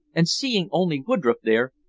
and seeing only woodroffe there,